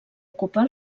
ocupar